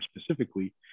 specifically